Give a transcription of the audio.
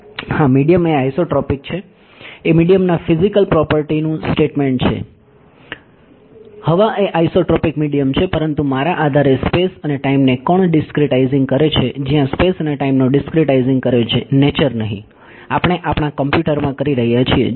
હા મીડીયમ એ આઇસોટ્રોપિક છે એ મીડીયમના ફીઝીકલ પ્રોપર્ટી નું સ્ટેટમેંટ છે હવા એ આઇસોટ્રોપિક મીડીયમ છે પરંતુ મારા આધારે સ્પેસ અને ટાઇમને કોણ ડીસ્ક્રીટાઈઝીંગ કરે છે જ્યાં સ્પેસ અને ટાઇમનો ડીસ્ક્રીટાઈઝીંગ કરે છે નેચર નહીં આપણે આપણા કમ્પ્યુટરમાં કરી રહ્યા છીએ